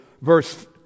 Verse